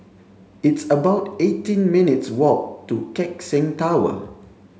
it's about eighteen minutes walk to Keck Seng Tower